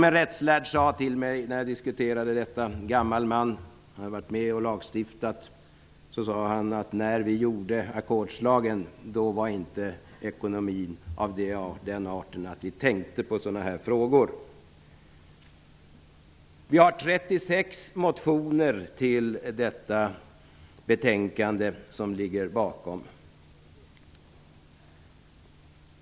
En rättslärd gammal man, som har varit med och lagstiftat, sade till mig vid en diskussion om detta: När vi stiftade ackordslagen var inte ekonomin av den arten att vi tänkte på sådana här frågor. 36 motioner behandlas i detta betänkande.